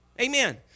Amen